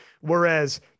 whereas